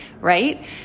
right